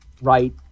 right